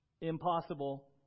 impossible